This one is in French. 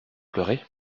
pleurer